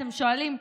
אתם שואלים,